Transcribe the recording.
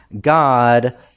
God